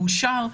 מאושר,